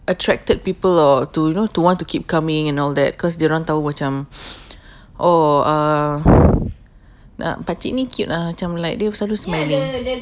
attracted people or to you know to want to keep coming and all that cause dorang tahu macam orh ah nak pakcik ni cute ah macam like dia selalu smiling